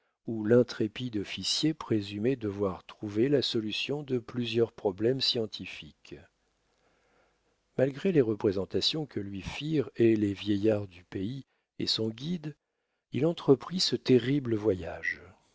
où l'intrépide officier présumait devoir trouver la solution de plusieurs problèmes scientifiques malgré les représentations que lui firent et les vieillards du pays et son guide il entreprit ce terrible voyage